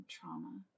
trauma